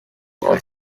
was